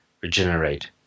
regenerate